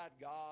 God